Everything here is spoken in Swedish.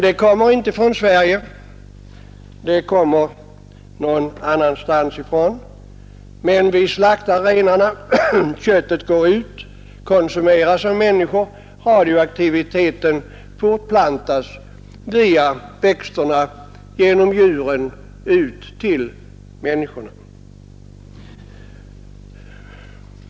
Det kommer inte från Sverige utan från andra håll, men vi slaktar renarna och köttet försäljs sedan här i vårt land och konsumeras av människorna. Radioaktiviteten sprids alltså vidare från växterna genom djuren ut till människorna.